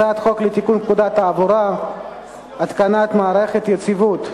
הצעת חוק לתיקון פקודת התעבורה (התקנת מערכות יציבות),